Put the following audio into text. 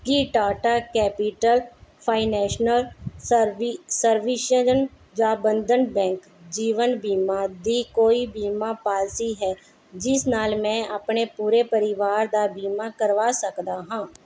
ਕੀ Tata Capital Financial ਸਰਵੀ Services ਜਾਂ Bandhan Bank ਜੀਵਨ ਬੀਮਾ ਦੀ ਕੋਈ ਬੀਮਾ ਪਾਲਿਸੀ ਹੈ ਜਿਸ ਨਾਲ ਮੈਂ ਆਪਣੇ ਪੂਰੇ ਪਰਿਵਾਰ ਦਾ ਬੀਮਾ ਕਰਵਾ ਸਕਦਾ ਹਾਂ